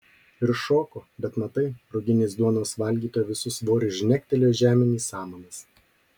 ir šoko bet matai ruginės duonos valgytoja visu svoriu žnegtelėjo žemėn į samanas